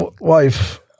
wife